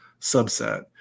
subset